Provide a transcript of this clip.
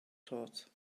thought